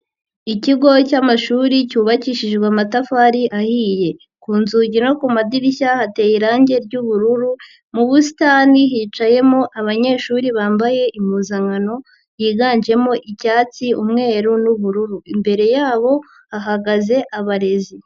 Ikigo cy'amashuri cyubakishijwe amatafari ahiye. Ku nzugi no ku madirishya hateye irangi ry'ubururu, mu busitani hicayemo abanyeshuri bambaye impuzankano yiganjemo: icyatsi, umweru n'ubururu. Imbere yabo hahagaze abarezi.